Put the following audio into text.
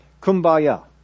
Kumbaya